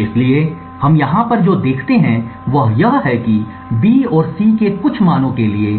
इसलिए हम यहाँ पर जो देखते हैं वह यह है कि B और C के कुछ मानों के लिए